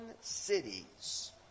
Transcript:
cities